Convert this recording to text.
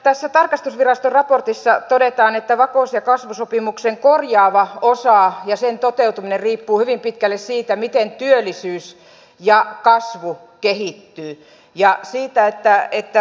tässä tarkastusviraston raportissa todetaan että vakaus ja kasvusopimuksen korjaava osa ja sen toteutuminen riippuu hyvin pitkälle siitä miten työllisyys ja kasvu kehittyy